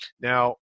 Now